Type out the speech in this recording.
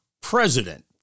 president